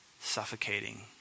suffocating